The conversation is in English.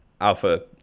Alpha